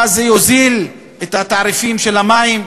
ואז זה יוריד את תעריפי המים?